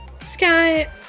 Sky